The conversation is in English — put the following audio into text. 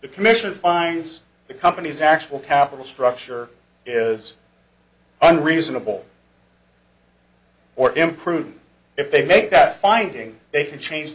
the commission finds the company's actual capital structure is unreasonable or imprudent if they make that finding they can change the